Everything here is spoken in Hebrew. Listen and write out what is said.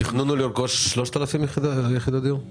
התכנון הוא לרכוש 3,000 יחידות דיור?